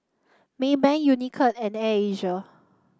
Maybank Unicurd and Air Asia